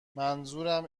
منظورم